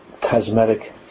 cosmetic